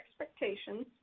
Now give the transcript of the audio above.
expectations